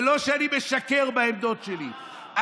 להן ולא שאני משקר בעמדות שלי,